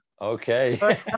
okay